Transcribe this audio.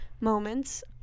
moments